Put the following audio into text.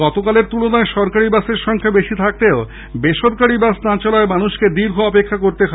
গতকালের তুলনায় সরকারি বাসের সংখ্যা বেশি হলেও বেসরকারি বাস না চলায় মানুষকে দীর্ঘ অপেক্ষা করতে হয়